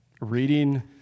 reading